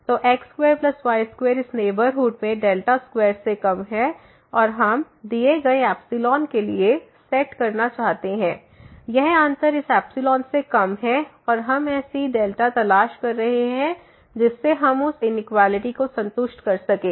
तो x2y2 इस neighbourhood में 2से कम है और हम दिए गए के लिए सेट करना चाहते हैं यह अंतर इस से कम है और हम ऐसी δ तलाश कर रहे हैं जिससे हम उस इनइक्वालिटी को संतुष्ट कर सकें